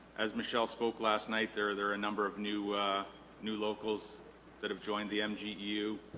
as michelle spoke last night there there are a number of new new locals that have joined the mgu